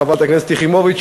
חברת הכנסת יחימוביץ,